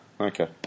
Okay